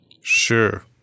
Sure